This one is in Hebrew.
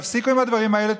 תפסיקו עם הדברים האלה,